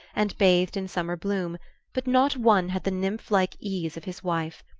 and bathed in summer bloom but not one had the nymph-like ease of his wife,